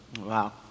Wow